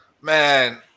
Man